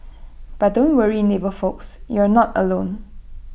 but don't worry navy folks you're not alone